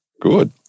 Good